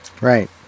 right